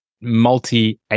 multi